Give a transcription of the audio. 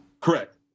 Correct